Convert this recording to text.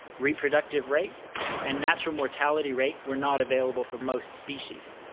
reproductive rate and natural mortality rate were not available for most species.